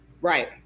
Right